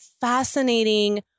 fascinating